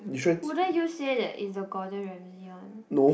wouldn't you say that is the Gordon-Ramsay one